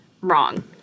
Wrong